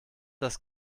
das